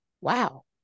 wow